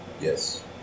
Yes